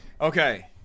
Okay